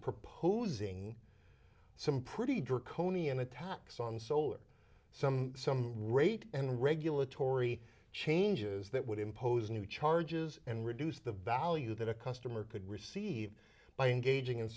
proposing some pretty draconian attacks on solar some some rate and regulatory changes that would impose new charges and reduce the value that a customer could receive by engaging